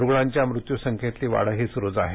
रूग्णांच्या मृत्यू संख्येतली वाढही सुरूच आहे